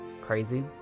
crazy